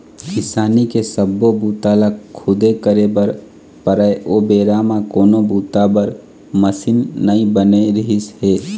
किसानी के सब्बो बूता ल खुदे करे बर परय ओ बेरा म कोनो बूता बर मसीन नइ बने रिहिस हे